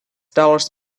dollars